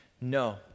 No